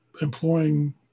employing